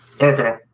Okay